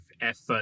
effort